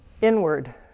inward